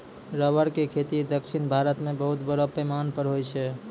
rubber के खेती दक्षिण भारत मॅ बहुत बड़ो पैमाना पर होय छै